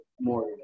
more